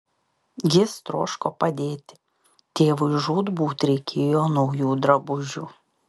jis troško padėti tėvui žūtbūt reikėjo naujų drabužių